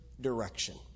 direction